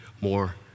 more